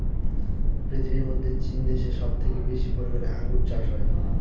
পৃথিবীর মধ্যে চীন দেশে সব থেকে বেশি পরিমানে আঙ্গুর চাষ হয়